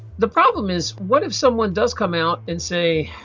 the problem is what if someone does come out and say